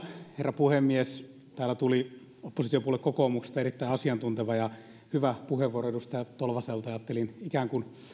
herra puhemies täällä tuli oppositiopuolue kokoomuksesta erittäin asiantunteva ja hyvä puheenvuoro edustaja tolvaselta ja ajattelin ikään kuin